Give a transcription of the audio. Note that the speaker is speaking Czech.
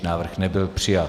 Návrh nebyl přijat.